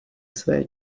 své